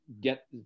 get